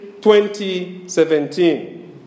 2017